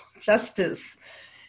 justice